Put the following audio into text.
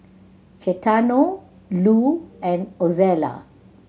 Gaetano Lu and Ozella